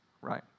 right